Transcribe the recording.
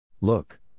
Look